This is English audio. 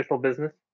business